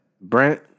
Brent